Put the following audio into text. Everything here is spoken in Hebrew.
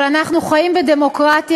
אבל אנחנו חיים בדמוקרטיה,